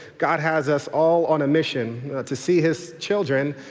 god has us all on a mission to see his children,